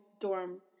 dorm